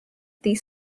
these